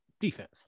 defense